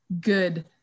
good